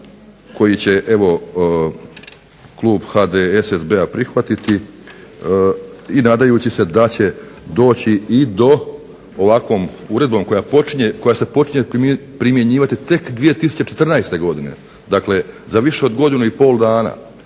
koji će evo klub HDSSB-a prihvatiti i nadajući se da će doći i do ovakvom uredbom koja se počinje primjenjivati tek 2014. godine. Dakle, za više od godinu i pol dana.